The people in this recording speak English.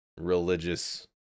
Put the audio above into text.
religious